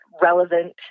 relevant